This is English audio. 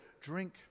drink